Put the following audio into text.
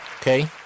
Okay